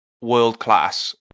world-class